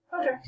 Okay